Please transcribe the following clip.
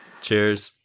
Cheers